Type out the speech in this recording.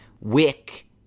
Wick